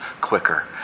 quicker